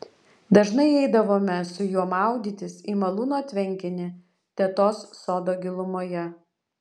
dažnai eidavome su juo maudytis į malūno tvenkinį tetos sodo gilumoje